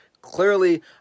Clearly